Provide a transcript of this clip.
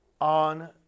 on